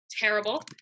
terrible